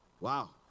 Wow